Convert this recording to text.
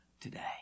today